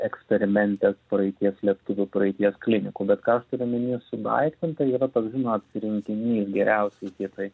eksperimente praeities slėptuvių praeities klinikų bet ką aš turiu omenyje sudaiktinta yra toks žinot rinkinys geriausiai hitai